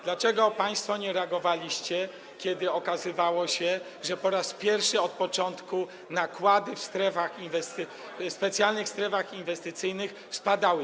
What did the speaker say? Dlaczego państwo nie reagowaliście, kiedy okazywało się, że po raz pierwszy od początku nakłady w specjalnych strefach inwestycyjnych spadały?